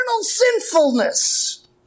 sinfulness